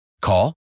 Call